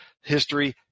History